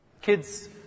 Kids